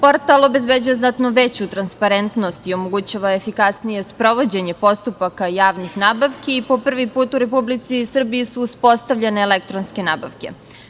Portal obezbeđuje znatno veću transparentnost i omogućava efikasnije sprovođenje postupaka javnih nabavki i po prvi put u RS su uspostavljene elektronske nabavke.